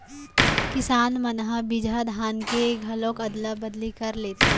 किसान मन ह बिजहा धान के घलोक अदला बदली कर लेथे